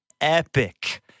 epic